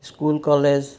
school college